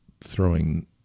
throwing